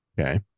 Okay